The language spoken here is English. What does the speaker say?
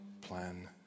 plan